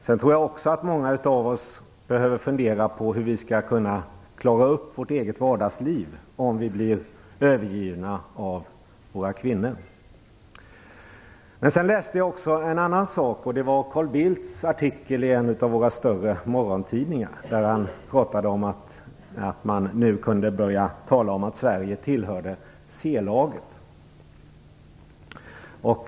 Jag tror också att många av oss behöver fundera på hur vi skulle kunna klara upp vårt eget vardagsliv om vi blev övergivna av våra kvinnor. Jag läste också en annan sak. Det var Carl Bildts artikel i en av våra större morgontidningar. Han skrev om att man nu kunde börja tala om att Sverige tillhör C-laget.